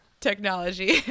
Technology